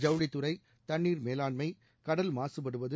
ஜவுளித்துறை தண்ணீர் மேலாண்மை கடல் மாகபடுவது